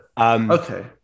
Okay